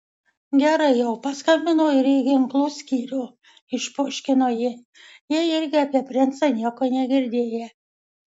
gerai jau paskambinau ir į ginklų skyrių išpoškino ji jie irgi apie princą nieko negirdėję